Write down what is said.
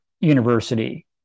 university